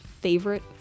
favorite